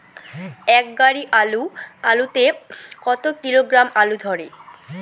এক গাড়ি আলু তে কত কিলোগ্রাম আলু ধরে?